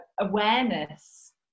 awareness